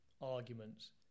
arguments